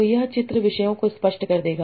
तो यह चित्र विषयों को स्पष्ट कर देगा